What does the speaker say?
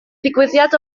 ddigwyddiad